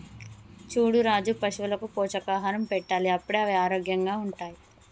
చూడు రాజు పశువులకు పోషకాహారం పెట్టాలి అప్పుడే అవి ఆరోగ్యంగా ఉంటాయి